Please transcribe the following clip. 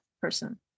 person